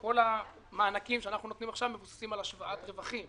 כל המענקים שאנחנו נותנים עכשיו מבוססים על השוואת רווחים.